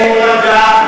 כדי שתירגע,